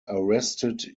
arrested